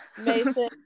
Mason